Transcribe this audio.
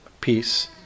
peace